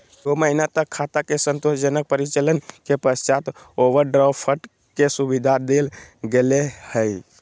छो महीना तक खाता के संतोषजनक परिचालन के पश्चात ओवरड्राफ्ट के सुविधा देल गेलय हइ